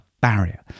barrier